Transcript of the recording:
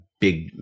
big